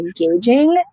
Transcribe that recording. engaging